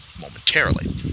momentarily